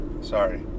sorry